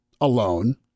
alone